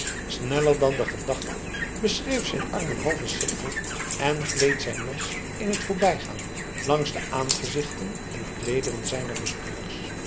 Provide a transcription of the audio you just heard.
sneller dan de gedachte beschreef zijn arm een halven cirkel en gleed zijn mes in t voorbijgaan langs de aangezichten en kleederen zijner bespringers